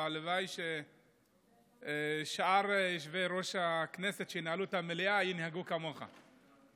והלוואי ששאר יושבי-ראש הכנסת שינהלו את המליאה ינהגו כמוך.